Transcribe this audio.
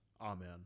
Amen